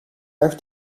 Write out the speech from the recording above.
erg